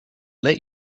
let